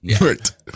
Right